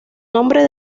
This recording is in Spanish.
nombre